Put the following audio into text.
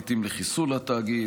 לעיתים לחיסול התאגיד,